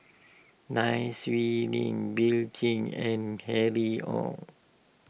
Nai Swee Leng Bill king and Harry Ord